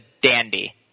Dandy